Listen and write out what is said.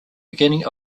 beginning